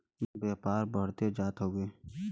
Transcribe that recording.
व्यापार बढ़ते जात हउवे